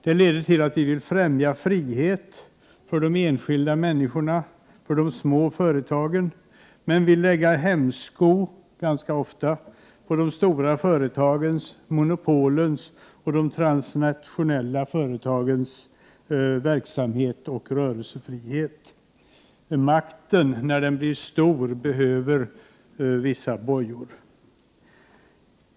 Det leder till att vi vill främja frihet för de enskilda människorna och för de små företagen men lägga hämsko på de stora företagens - monopolens och de transnationella företagens — verksamhet och rörelsefrihet. När makten blir stor behöver den vissa bojor.